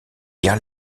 gares